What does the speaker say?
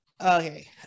Okay